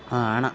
ಹಣ